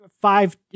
five